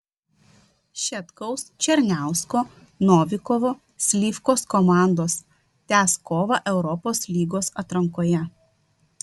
šetkaus černiausko novikovo slivkos komandos tęs kovą europos lygos atrankoje